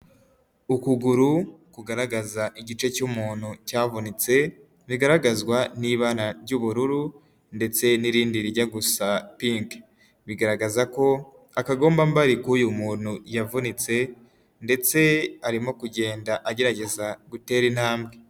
Ukuguru kugaragaza igice cy'umuntu cyavunitse, bigaragazwa n'ibara ry'ubururu ndetse n'irindi rijya gusa pinki. Bigaragaza ko akagombambari k'uyu muntu yavunitse ndetse arimo kugenda agerageza gutera intambwe.